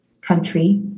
country